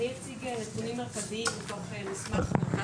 (מלווה את דבריה